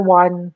one